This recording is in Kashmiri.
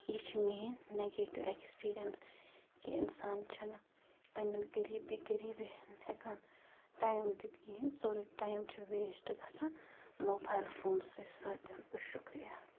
یہِ چھِ میٛٲنۍ نٮ۪گیٹِو اٮ۪کٕسپیٖرینس کہِ اِنسان چھُنہٕ پَننٮ۪ن قریبی قریبی ہٮ۪کان ٹایِم دِتھ کِہیٖنۍ سورُے ٹایِم چھُ ویسٹ گژھان موبایل فونسٕے سۭتۍ تہٕ شُکریہ